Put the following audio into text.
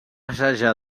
assajar